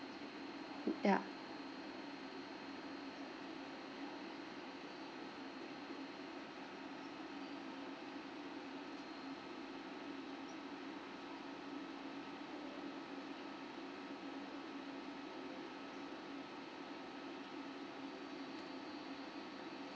ya